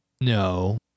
No